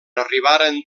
arribaren